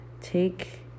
take